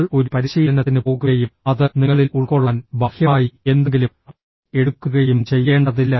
നിങ്ങൾ ഒരു പരിശീലനത്തിന് പോകുകയും അത് നിങ്ങളിൽ ഉൾക്കൊള്ളാൻ ബാഹ്യമായി എന്തെങ്കിലും എടുക്കുകയും ചെയ്യേണ്ടതില്ല